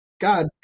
God